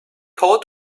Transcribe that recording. hold